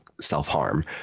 self-harm